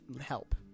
help